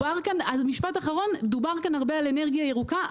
דובר כאן המון על אנרגיה ירוקה,